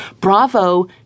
Bravo